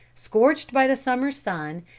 scorched by the summer's sun,